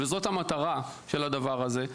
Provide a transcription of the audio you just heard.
וזאת המטרה של הדבר הזה,